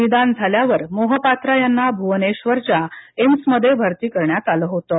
निदान झाल्यावर मोहपात्रा यांना भुवनेश्वरच्या एम्समध्ये भरती करण्यात आलं होतं